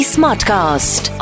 Smartcast